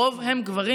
הרוב הם גברים.